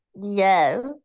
Yes